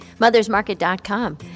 mothersmarket.com